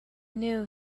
knew